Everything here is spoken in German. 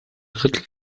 drittel